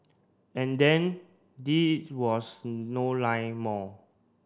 and then this was no line more